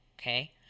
Okay